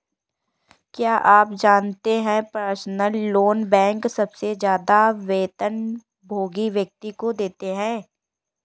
क्या आप जानते है पर्सनल लोन बैंक सबसे ज्यादा वेतनभोगी व्यक्ति को देते हैं?